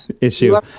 issue